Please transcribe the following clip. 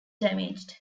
damaged